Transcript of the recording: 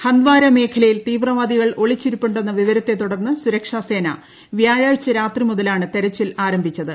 Hunt വാര മേഖലയിൽ തീവ്രവാദികൾ ഒളിച്ചിരിപ്പുണ്ടെന്ന വിവരത്തെതുടർന്ന് സുരക്ഷാസേന വ്യാഴാഴ്ച രാത്രി മുതലാണ് തെരച്ചിൽ ആരംഭിച്ചത്